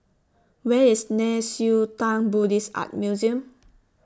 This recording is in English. Where IS Nei Xue Tang Buddhist Art Museum